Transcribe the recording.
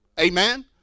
amen